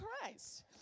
Christ